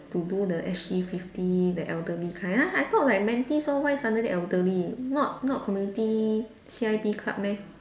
to do the S_G fifty the elderly kind !huh! I thought like mentees all why suddenly elderly not not community C_I_P club meh